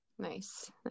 Nice